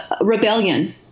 rebellion